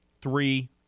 Three